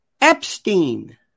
Epstein